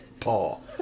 paul